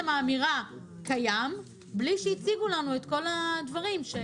האמירה שזה קיים בלי שהציגו לנו את כל הדברים.